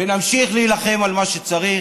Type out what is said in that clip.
ונמשיך להילחם על מה שצריך.